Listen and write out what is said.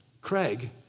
Craig